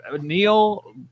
neil